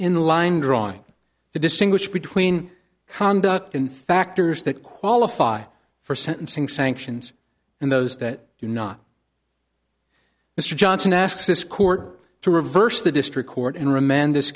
in line drawing to distinguish between conduct and factors that qualify for sentencing sanctions and those that do not mr johnson asks this court to reverse the district court in remand this